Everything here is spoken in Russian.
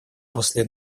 после